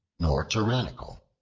nor tyrannical,